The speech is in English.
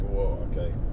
okay